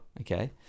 okay